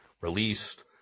released